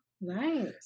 Nice